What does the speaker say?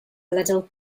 little